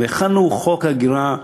והכנו חוק הגירה למהדרין.